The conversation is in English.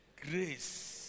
Grace